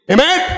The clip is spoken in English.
Amen